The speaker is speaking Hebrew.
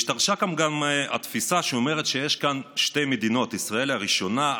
השתרשה כאן גם התפיסה שאומרת שיש כאן שתי מדינות: ישראל הראשונה,